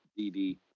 DD